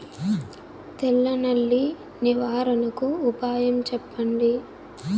తెల్ల నల్లి నివారణకు ఉపాయం చెప్పండి?